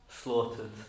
slaughtered